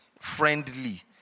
friendly